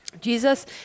Jesus